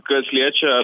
kas liečia